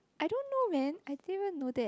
I don't man I didn't even know that